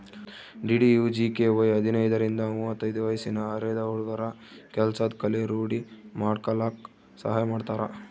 DDUGKY ಹದಿನೈದರಿಂದ ಮುವತ್ತೈದು ವಯ್ಸಿನ ಅರೆದ ಹುಡ್ಗುರ ಕೆಲ್ಸದ್ ಕಲೆ ರೂಡಿ ಮಾಡ್ಕಲಕ್ ಸಹಾಯ ಮಾಡ್ತಾರ